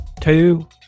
two